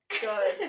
good